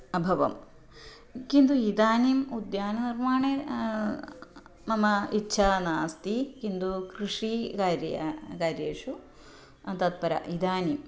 अभवं किन्तु इदानीम् उद्याननिर्माणे मम इच्छा नास्ति किन्तु कृषिकार्यं कार्येषु तत्परा इदानीं